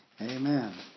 Amen